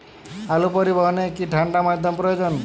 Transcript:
আলু পরিবহনে কি ঠাণ্ডা মাধ্যম প্রয়োজন?